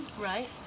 Right